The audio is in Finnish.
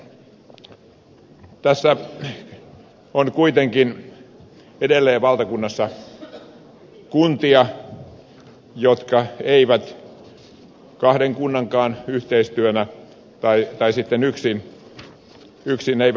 tässä on kuitenkin edelleen valtakunnassa kuntia jotka eivät kahdenkaan kunnan yhteistyönä tai sitten yksi yksi ned